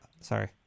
Sorry